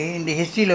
corona